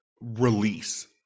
release